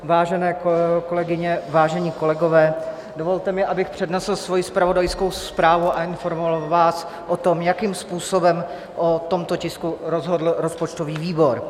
Vážené kolegyně, vážení kolegové, dovolte mi, abych přednesl svoji zpravodajskou zprávu a informoval vás o tom, jakým způsobem o tomto tisku rozhodl rozpočtový výbor.